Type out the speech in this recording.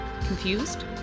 confused